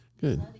Good